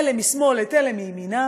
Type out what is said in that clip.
אלה משמאל את אלה מימינם,